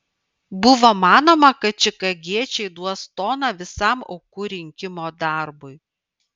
buvo manoma kad čikagiečiai duos toną visam aukų rinkimo darbui